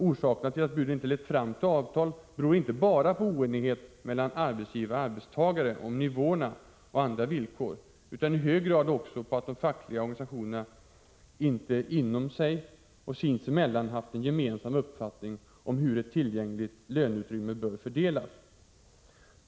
Orsaken till att buden inte har lett fram till avtal är inte bara oenighet mellan arbetsgivare och arbetstagare om nivåerna och andra villkor, utan det är i hög grad också att de fackliga organisationerna inte inom sig och sinsemellan haft en gemensam uppfattning om hur ett tillgängligt löneutrymme bör fördelas.